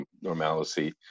normalcy